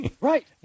Right